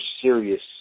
serious